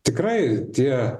tikrai tie